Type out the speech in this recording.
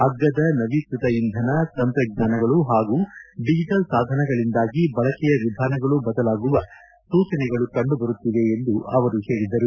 ಅಗ್ಗದ ನವೀಕೃತ ಇಂಧನ ತಂತ್ರಜ್ಞಾನಗಳು ಹಾಗೂ ಡಿಜಬಲ್ ಸಾಧನಗಳಿಂದಾಗಿ ಬಳಕೆಯ ವಿಧಾನಗಳೂ ಬದಲಾಗುವ ಸೂಚನೆಗಳು ಕಂಡುಬರುತ್ತಿವೆ ಎಂದು ಅವರು ಹೇಳಿದರು